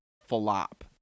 flop